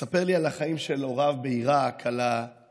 מספר לי על החיים של הוריו בעיראק, על הדו-קיום,